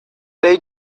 they